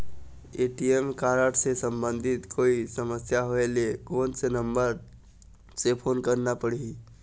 ATM card से संबंधित कोई समस्या होय ले, कोन से नंबर से फोन करना पढ़ही?